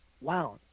wow